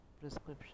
prescription